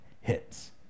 hits